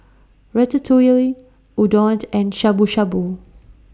Ratatouille Udon and Shabu Shabu